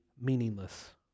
meaningless